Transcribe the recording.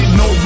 no